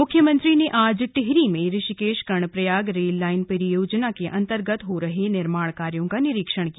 मुख्यमंत्री ने आज टिहरी में ऋषिकेश कर्णप्रयाग रेल लाइन परियोजना के अंतर्गत हो रहे निर्माण कार्यो का निरीक्षण किया